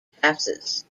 passes